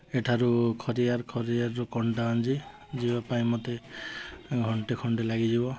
ଏଠାରୁ ଖରିଆର ଖରିଆରରୁ କଣ୍ଟାବାଞ୍ଜି ଯିବା ପାଇଁ ମୋତେ ଘଣ୍ଟେ ଖଣ୍ଡେ ଲାଗିଯିବ